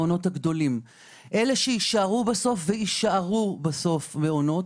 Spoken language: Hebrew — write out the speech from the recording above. אלה שיישארו בסוף ויישארו בסוף מעונות,